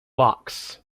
locks